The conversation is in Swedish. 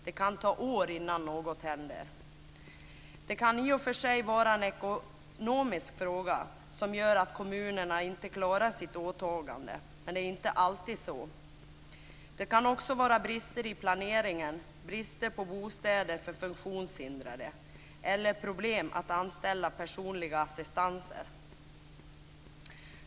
Det kan ta år innan något händer. Det kan i och för sig vara en ekonomisk fråga som gör att kommunerna inte klarar sitt åtagande, men det är inte alltid så. Det kan också vara brister i planeringen, brist på bostäder för funktionshindrade eller problem med att anställa personliga assistenter.